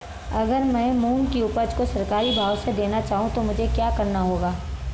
अगर मैं मूंग की उपज को सरकारी भाव से देना चाहूँ तो मुझे क्या करना होगा?